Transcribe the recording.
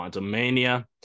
Mania